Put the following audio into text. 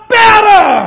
better